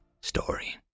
story